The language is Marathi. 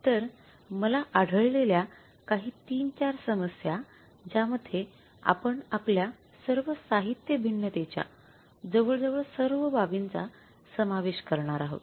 तर मला आढळले ल्या काही ३ - ४ समस्या ज्यामध्ये आपण आपल्या सर्व साहित्य भिन्नतेच्या जवळजवळ सर्व बाबींचा समावेश करणार आहोत